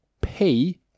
pay